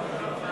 אני משיבה.